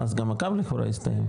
אז גם הקו לכאורה הסתיים.